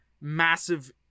massive